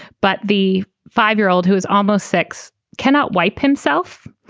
but the five year old, who is almost six, cannot wipe himself.